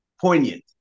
poignant